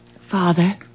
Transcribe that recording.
Father